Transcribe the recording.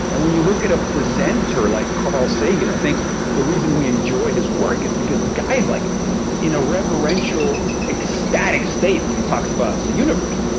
and when you look at a presenter like carl sagan and i think the reason we enjoy his work is because the guy's like in a reverential ecstatic state when he talks about the universe.